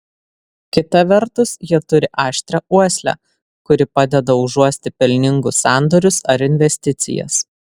kita vertus jie turi aštrią uoslę kuri padeda užuosti pelningus sandorius ar investicijas